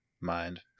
mind